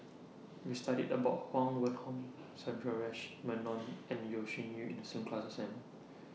We studied about Huang Wenhong Sundaresh Menon and Yeo Shih Yun in The class assignment